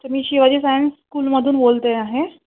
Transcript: तर मी शिवाजी सायन्स स्कूलमधून बोलते आहे